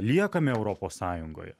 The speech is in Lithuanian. liekame europos sąjungoje